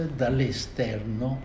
dall'esterno